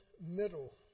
middle